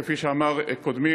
כפי שאמר קודמי,